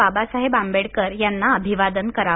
बाबासाहेब आंबेडकर यांना अभिवादन करावं